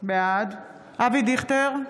בעד אבי דיכטר,